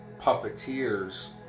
puppeteers